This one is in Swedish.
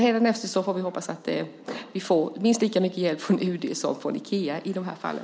Hädanefter får vi hoppas att vi får minst lika mycket hjälp från UD som från Ikea i de här fallen.